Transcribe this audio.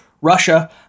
Russia